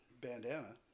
bandana